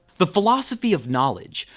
the philosophy of knowledge,